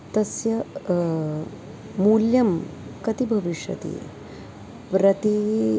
तस्य मूल्यं कति भविष्यति प्रति